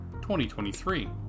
2023